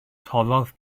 torrodd